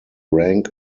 rank